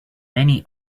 many